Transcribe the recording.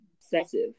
obsessive